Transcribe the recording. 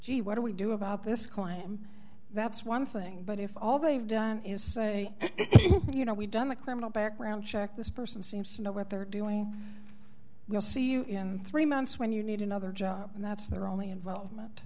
gee what do we do about this clam that's one thing but if all they've done is say you know we've done the criminal background check this person seems to know what they're doing we'll see you in three months when you need another job and that's their only involvement